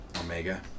Omega